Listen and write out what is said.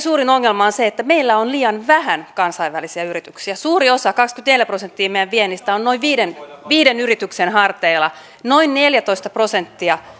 suurin ongelma on se että meillä on liian vähän kansainvälisiä yrityksiä suuri osa kaksikymmentäneljä prosenttia meidän viennistä on noin viiden viiden yrityksen harteilla noin neljätoista prosenttia